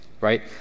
Right